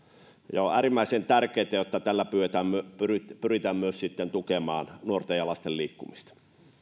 ja on äärimmäisen tärkeätä jotta tällä pyritään myös sitten tukemaan nuorten ja lasten liikkumista